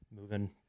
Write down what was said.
moving